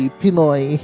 pinoy